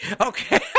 Okay